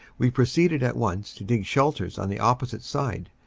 we pro ceeded at once to dig shelters on the opposite side.